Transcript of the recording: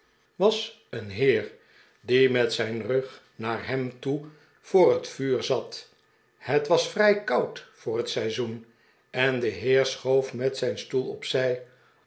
was een heer die met zijn rug naar hem toe voor het vuur zat het was vrij koud voor het seizoen eh de heer schoof met zijn stoel op